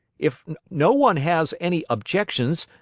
if no one has any objections,